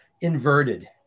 inverted